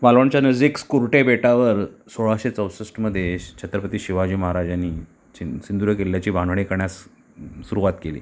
मालवणच्या नजीक कुरटे बेटावर सोळाशे चौसष्टमध्ये श छत्रपती शिवाजी महाराजांनी चिं सिंधुदुर्ग किल्ल्याची बांधणी करण्यास सुरुवात केली